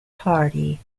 party